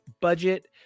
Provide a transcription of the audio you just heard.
budget